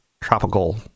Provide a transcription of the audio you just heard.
tropical